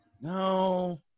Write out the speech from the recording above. no